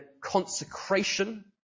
consecration